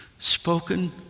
Spoken